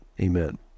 Amen